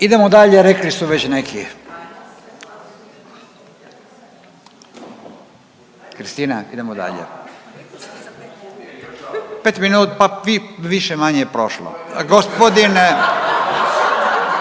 Idemo dalje, rekli su već neki. Kristina, idemo dalje. 5 minuta, pa više-manje je prošlo. Gospodin,